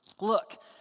look